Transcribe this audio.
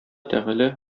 тәгалә